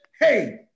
Hey